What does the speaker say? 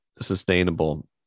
sustainable